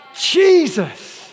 Jesus